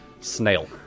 snail